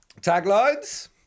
taglines